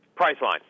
Priceline